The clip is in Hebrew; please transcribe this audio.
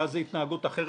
ואז זו התנהגות אחרת,